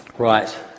right